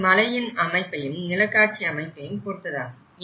அது மலையின் அமைப்பையும் நிலக்காட்சி அமைப்பையும் பொருத்ததாகும்